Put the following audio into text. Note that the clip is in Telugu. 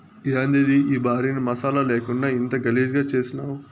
యాందిది ఈ భార్యని మసాలా లేకుండా ఇంత గలీజుగా చేసినావ్